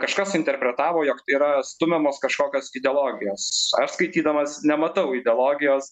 kažkas interpretavo jog yra stumiamos kažkokios ideologijos aš skaitydamas nematau ideologijos